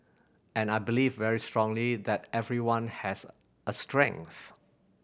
and I believe very strongly that everyone has a strength